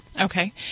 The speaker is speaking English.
Okay